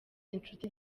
inshuti